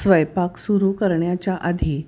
स्वयंपाक सुरू करण्याच्या आधी